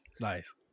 nice